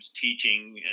teaching